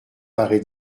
paré